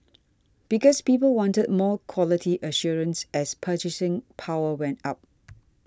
because people wanted more quality assurance as purchasing power went up